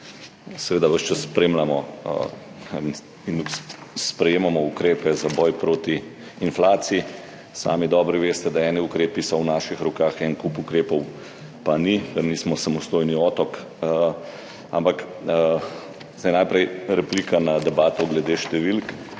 Seveda ves čas spremljamo in sprejemamo ukrepe za boj proti inflaciji. Sami dobro veste, da so eni ukrepi v naših rokah, cel kup ukrepov pa ni, ker nismo samostojni otok. Najprej replika na debato glede številk.